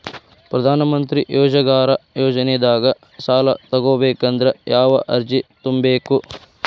ಪ್ರಧಾನಮಂತ್ರಿ ರೋಜಗಾರ್ ಯೋಜನೆದಾಗ ಸಾಲ ತೊಗೋಬೇಕಂದ್ರ ಯಾವ ಅರ್ಜಿ ತುಂಬೇಕು?